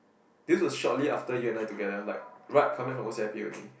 this was shortly after you and I together like right come back from O_C_I_P already